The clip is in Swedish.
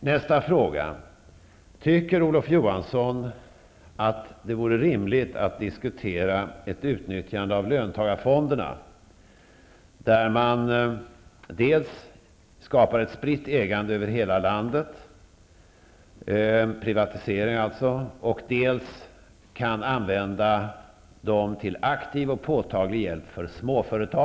Nästa fråga: Tycker Olof Johansson att det är rimligt att diskutera ett utnyttjande av löntagarfonderna där man dels skapar ett spritt ägande över hela landet -- det handlar alltså om privatisering --, dels kan använda dem till aktiv och påtaglig hjälp till småföretag?